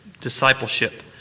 discipleship